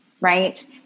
right